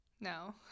No